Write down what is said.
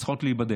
צריכות להיבדק,